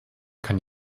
kann